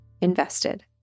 invested